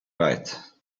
right